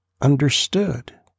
understood